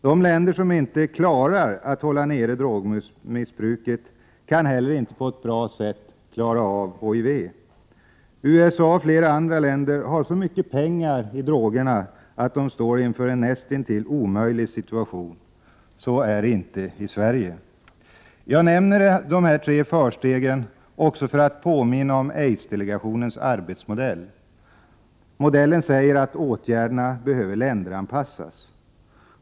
De länder som inte klarar att hålla nere drogmissbruket kan heller inte på ett bra sätt klara HIV. I USA och flera andra länder är så mycket pengar inblandade i droghandeln att man där står inför en näst intill omöjlig situation. Sådan är dock inte situationen i Sverige. Jag nämner de här tre förstegen också för att påminna om aidsdelegationens arbetsmodell. Modellen säger att åtgärderna behöver länderanpassas.